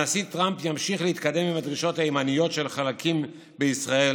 הנשיא טראמפ ימשיך להתקדם עם הדרישות הימניות של חלקים בישראל,